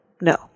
no